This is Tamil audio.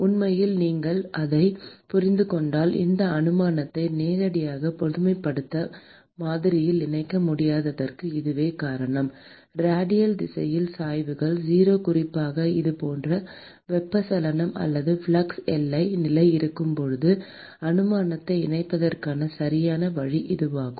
உண்மையில் நீங்கள் அதை புரிந்து கொண்டால் இந்த அனுமானத்தை நேரடியாக பொதுமைப்படுத்தப்பட்ட மாதிரியில் இணைக்க முடியாததற்கு இதுவே காரணம் ரேடியல் திசையில் சாய்வுகள் 0 குறிப்பாக இதுபோன்ற வெப்பச்சலனம் அல்லது ஃப்ளக்ஸ் எல்லை நிலை இருக்கும் போது அனுமானத்தை இணைப்பதற்கான சரியான வழி இதுவாகும்